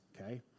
okay